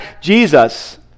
Jesus